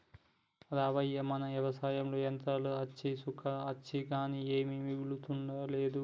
రామవ్వ మన వ్యవసాయంలో యంత్రాలు అచ్చి సుఖం అచ్చింది కానీ ఏమీ మిగులతలేదు